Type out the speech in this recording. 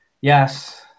yes